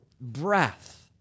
breath